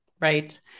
Right